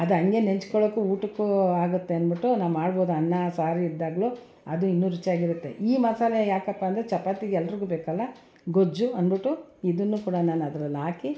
ಅದು ಹಂಗೆ ನೆಂಚ್ಕೊಳ್ಳೋಕ್ಕೂ ಊಟಕ್ಕೂ ಆಗುತ್ತೆ ಅಂದ್ಬಿಟ್ಟು ನಾನು ಮಾಡ್ಬೋದು ಅನ್ನ ಸಾರು ಇದ್ದಾಗ್ಲೂ ಅದು ಇನ್ನೂ ರುಚಿಯಾಗಿರುತ್ತೆ ಈ ಮಸಾಲೆ ಯಾಕಪ್ಪ ಅಂದರೆ ಚಪಾತಿಗೆ ಎಲ್ರಿಗೂ ಬೇಕಲ್ಲ ಗೊಜ್ಜು ಅಂದ್ಬಿಟ್ಟು ಇದನ್ನು ಕೂಡ ನಾನು ಅದರಲ್ಲಾಕಿ